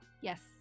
Yes